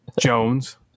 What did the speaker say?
Jones